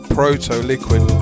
proto-liquid